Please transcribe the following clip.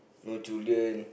no children